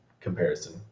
comparison